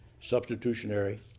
substitutionary